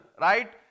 right